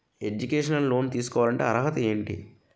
Educational loan తీసుకోవాలంటే అర్హత ఏంటి?